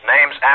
Name's